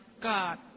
God